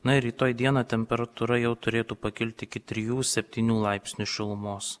na ir rytoj dieną temperatūra jau turėtų pakilti iki trijų septynių laipsnių šilumos